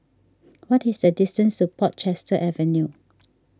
what is the distance to Portchester Avenue